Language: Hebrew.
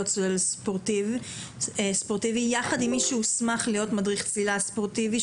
צולל ספורטיבי יחד עם מי שהוסמך להיות מדריך צלילה ספורטיבי